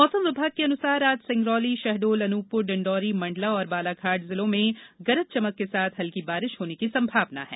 मौसम विभाग के अनुसार आज सिंगरौली शहडोल अनूपपुर डिंडोरी मंडला और बालाघाट जिले में गरज चमक के साथ हल्की बारिश होने की संभावना है